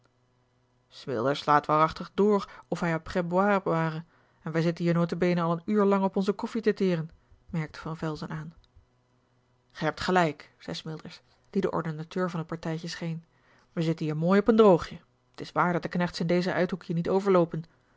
smilders slaat waarachtig door of hij après boire ware en wij zitten hier nota bene al een uur lang op onze koffie te teren merkte van velzen aan gij hebt gelijk zei smilders die de ordonnateur van het partijtje scheen wij zitten hier mooi op een droogje t is waar dat de knechts in dezen uithoek je niet overloopen